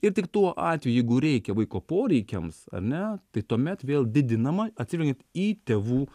ir tik tuo atveju jeigu reikia vaiko poreikiams ar ne tai tuomet vėl didinama atsižvelgiant į tėvų